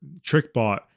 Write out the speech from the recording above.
TrickBot